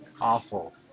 awful